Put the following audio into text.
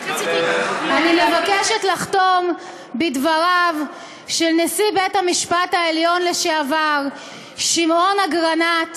אני מבקשת לחתום בדבריו של נשיא בית-המשפט העליון לשעבר שמעון אגרנט,